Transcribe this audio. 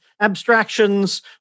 abstractions